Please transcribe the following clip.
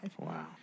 Wow